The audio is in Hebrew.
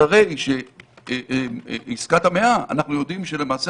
אחרי עסקת המאה אנחנו יודעים שלמעשה